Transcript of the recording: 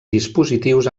dispositius